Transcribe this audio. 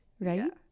Right